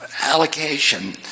allocation